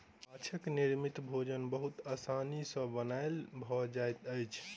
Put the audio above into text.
माँछक निर्मित भोजन बहुत आसानी सॅ बनायल भ जाइत अछि